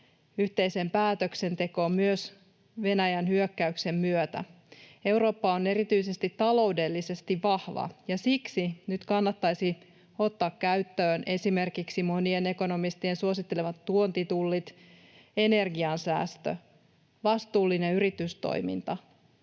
yhteiseen päätöksentekoon, myös Venäjän hyökkäyksen myötä. Eurooppa on erityisesti taloudellisesti vahva, ja siksi nyt kannattaisi ottaa käyttöön esimerkiksi monien ekonomistien suosittelemat tuontitullit, energiansäästö ja vastuullinen yritystoiminta